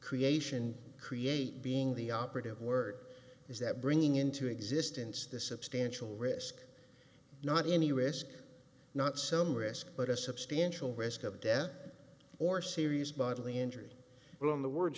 creation create being the operative word is that bringing into existence the substantial risk not any risk not some risk but a substantial risk of death or serious bodily injury on the word